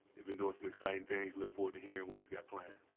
they've been doing some exciting things look forward to hearing what he's got planned.